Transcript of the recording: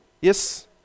Yes